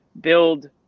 build